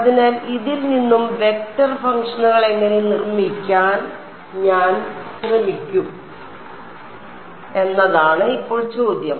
അതിനാൽ ഇതിൽ നിന്ന് വെക്റ്റർ ഫംഗ്ഷനുകൾ എങ്ങനെ നിർമ്മിക്കാൻ ഞാൻ ശ്രമിക്കും എന്നതാണ് ഇപ്പോൾ ചോദ്യം